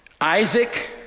Isaac